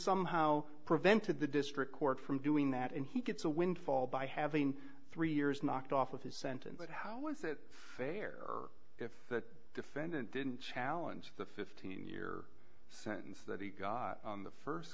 somehow prevented the district court from doing that and he gets a windfall by having three years knocked off with his sentence but how is that fair if the defendant didn't challenge the fifteen year sentence that he got the